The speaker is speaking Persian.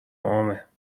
عامه